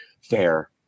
fair